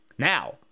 Now